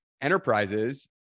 enterprises